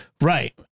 Right